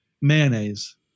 mayonnaise